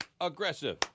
aggressive